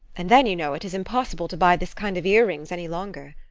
and then, you know, it is impossible to buy this kind of ear-rings any longer.